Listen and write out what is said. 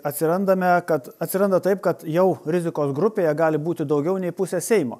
atsirandame kad atsiranda taip kad jau rizikos grupėje gali būti daugiau nei pusė seimo